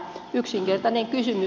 yksinkertainen kysymys